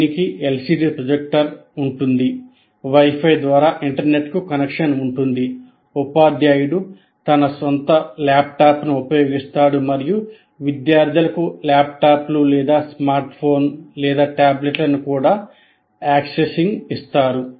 దీనికి LCD projector ఉంటుంది wifi ద్వారా ఇంటర్నెట్కు కనెక్షన్ ఉంటుంది ఉపాధ్యాయుడు తన సొంత ల్యాప్టాప్ను ఉపయోగిస్తాడు మరియు విద్యార్థులకు ల్యాప్టాప్లు లేదా స్మార్ట్ ఫోన్లు టాబ్లెట్లకు కూడా ప్రాప్యత ఉంటుంది